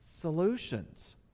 solutions